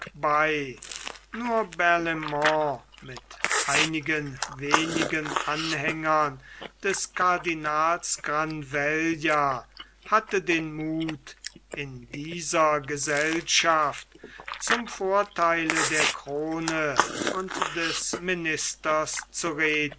bei nur barlaimont mit einigen wenigen anhängern des cardinals granvella hatte den muth in dieser gesellschaft zum vortheile der krone und des ministers zu reden